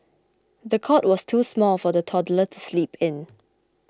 the cot was too small for the toddler to sleep in